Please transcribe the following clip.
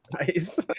Nice